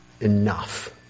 enough